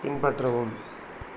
பின்பற்றவும்